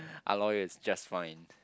Aloy is just fine